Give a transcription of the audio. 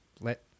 let